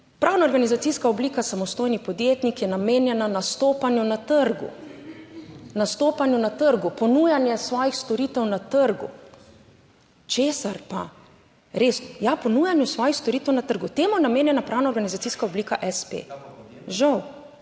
Pravna organizacijska oblika samostojni podjetnik je namenjena nastopanju na trgu. Nastopanju na trgu. Ponujanje svojih storitev na trgu. Česar pa res ja, ponujanju svojih storitev na trgu, temu je namenjena pravna organizacijska oblika espe, žal.